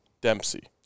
Dempsey